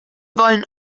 wollen